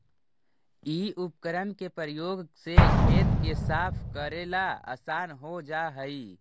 इ उपकरण के प्रयोग से खेत के साफ कऽरेला असान हो जा हई